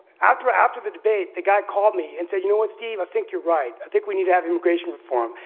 after after the debate, the guy called me and said, you know what, steve, i think you're right. i think we need to have immigration reform.